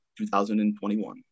2021